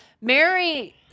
Mary